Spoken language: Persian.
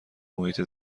محیط